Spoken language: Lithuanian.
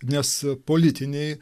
nes politiniai